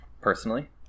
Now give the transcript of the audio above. Personally